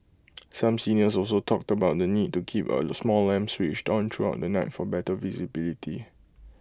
some seniors also talked about the need to keep A small lamp switched on throughout the night for better visibility